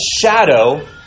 shadow